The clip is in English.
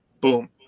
Boom